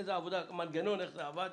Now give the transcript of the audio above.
איך המנגנון עבד.